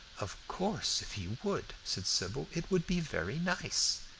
of course, if he would, said sybil, it would be very nice.